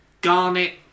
Garnet